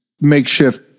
makeshift